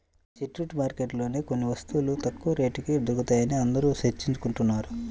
street మార్కెట్లలోనే కొన్ని వస్తువులు తక్కువ రేటుకి దొరుకుతాయని అందరూ చర్చించుకుంటున్నారు